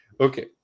okay